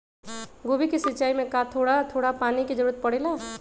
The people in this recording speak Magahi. गोभी के सिचाई में का थोड़ा थोड़ा पानी के जरूरत परे ला?